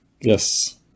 Yes